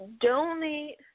donate